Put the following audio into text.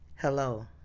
Hello